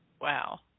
Wow